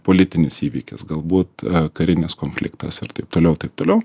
politinis įvykis galbūt karinis konfliktas ir taip toliau taip toliau